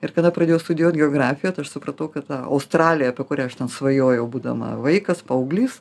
ir kada pradėjau studijuot geografiją tai aš supratau kad australija apie kurią aš ten svajojau būdama vaikas paauglys